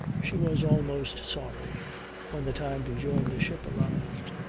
she was almost sorry when the time to join the ship arrived.